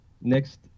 Next